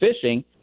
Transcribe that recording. fishing